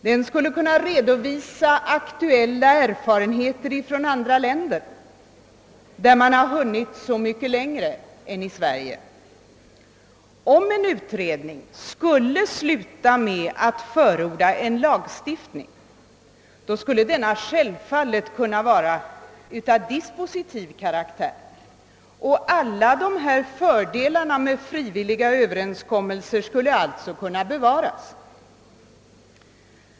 Den skulle kunna redovisa aktuella erfarenheter från andra länder, där man har hunnit betydligt längre än vi har gjort i Sverige. Om en utredning efter slutförandet av sitt arbete skulle förorda en lagstiftning skulle denna självfallet kunna vara av dispositiv karaktär. Alla fördelar med frivilliga överenskommelser skulle alltså kunna bevaras.